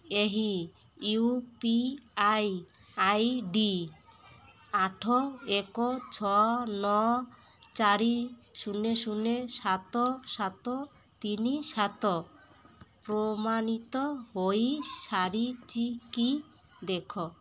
ଏହି U P I I D ଆଠ ଏକ ଛଅ ନଅ ଚାରି ଶୂନ ଶୂନ ସାତ ସାତ ତିନି ସାତ ପ୍ରମାଣିତ ହୋଇସାରିଛି କି ଦେଖ